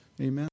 Amen